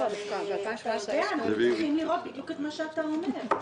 אנחנו צריכים לראות בדיוק את מה שאתה אומר.